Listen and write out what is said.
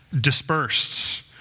dispersed